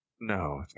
No